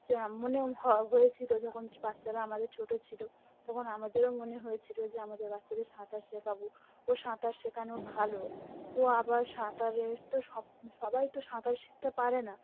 যে মনে হয়েছিলো যখন বাচ্চারা আমাদের ছোটো ছিলো তখন আমাদেরও মনে হয়েছিলো যে আমাদের বাচ্চাদের সাঁতার শেখাবো ও সাঁতার শেখানো ভালো ও আবার সাঁতারের তো সব সবাই তো সাঁতার শিখতে পারে না